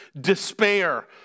despair